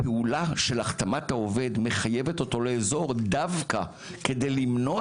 הפעולה של החתמת העובד מחייבת אותו לאזור דווקא כדי למנוע